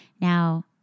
Now